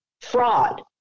fraud